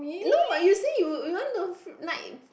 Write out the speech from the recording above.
no but you say you you want to like